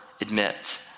admit